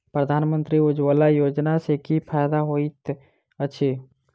प्रधानमंत्री उज्जवला योजना सँ की फायदा होइत अछि?